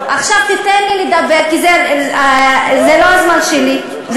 עכשיו תיתן לי לדבר, כי זה הזמן שלי.